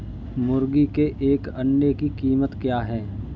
मुर्गी के एक अंडे की कीमत क्या है?